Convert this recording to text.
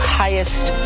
highest